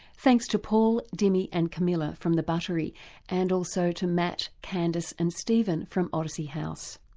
thanks to paul, dimi and camilla from the buttery and also to matt, candice and stephen from odyssey house.